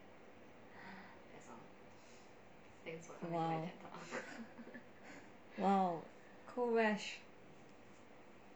!wow! !wow! cold rash